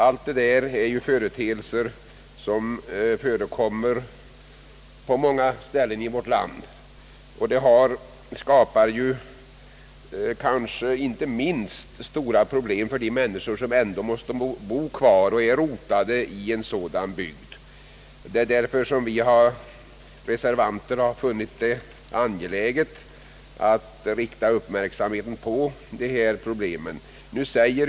Allt detta är ju företeelser som förekommer på många ställen i vårt land och skapar stora problem inte minst för de mäniniskor som ändå måste bo kvar och är rotade i en sådan bygd. Vi reservanter har därför funnit det angeläget att rikta uppmärksamheten på dessa problem.